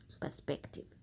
perspective